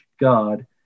God